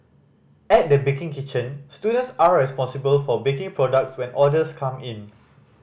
at the baking kitchen students are responsible for baking products when orders come in